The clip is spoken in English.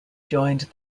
joined